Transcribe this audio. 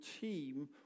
team